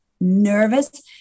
nervous